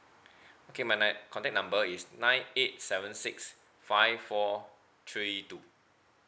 okay my my contact number is nine eight seven six five four three two